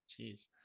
Jeez